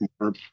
more